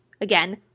again